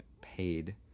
paid